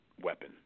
weapon